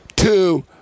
Two